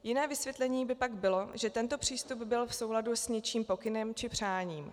Jiné vysvětlení by pak bylo, že tento přístup byl v souladu s něčím pokynem či přáním.